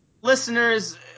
listeners